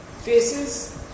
faces